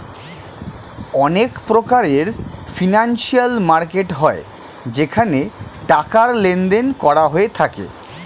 অনেক প্রকারের financial market হয় যেখানে টাকার লেনদেন করা হয়ে থাকে